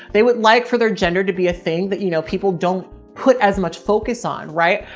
they would like for their gender to be a thing that, you know, people don't put as much focus on. right.